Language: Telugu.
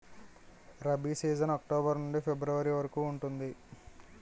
రబీ సీజన్ అక్టోబర్ నుండి ఫిబ్రవరి వరకు ఉంటుంది